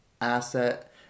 asset